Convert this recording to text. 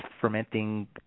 fermenting